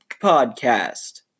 Podcast